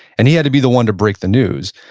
and he had to be the one to break the news.